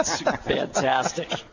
fantastic